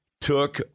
Took